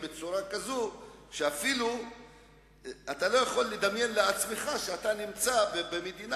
אתה לא יכול לדמיין לעצמך שאתה נמצא במדינה